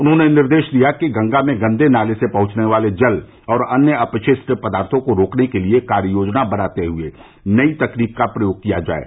उन्होंने निर्देष दिया कि गंगा में गंदे नाले से पहुंचने वाले जल और अन्य अपषिश्ट पदार्थो को रोकने के लिए कार्ययोजना बनाते हुए नई तकनीकी का प्रयोग किया जाये